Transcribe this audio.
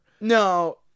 No